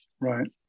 Right